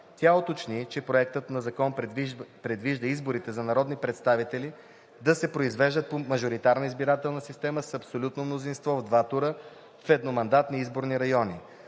Тя уточни, че Проектът на закон предвижда изборите за народни представители да се произвеждат по мажоритарна изборна система с абсолютно мнозинство в два тура в едномандатни изборни райони.